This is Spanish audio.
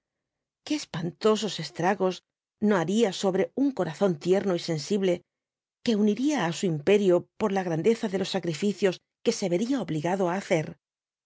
qué espantosos estragos no baria sobre un corazón tierno y sensible que uniría á u imperio por la grandeza de los sacrificios que se yeria obligado á hacer